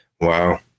Wow